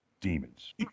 demons